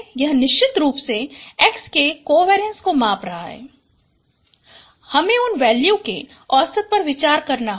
यह निश्चित रूप से X के कोवेरीएंस को माप रहा है हमें उन वैल्यूज के औसत पर विचार करना होगा